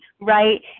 right